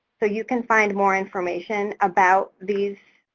so you can find more information about these